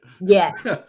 yes